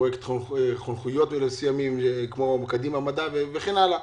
פרויקט חונכות כמו קדימה מדע וכן הלאה.